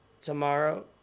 Tomorrow